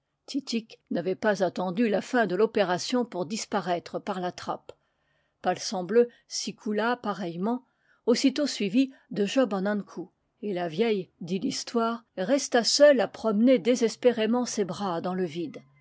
titik n'avait pas attendu la fin de l'opération pour dispa raître par la trappe palsambleu s'y coula pareillement aussitôt suivi de job an ankou et la vieille dit l'histoire resta seule à promener désespérément ses bras dans le vide